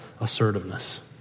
assertiveness